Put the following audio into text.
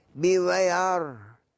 Beware